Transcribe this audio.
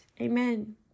amen